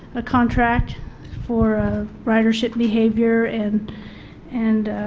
ah contract for ridership behavior, and and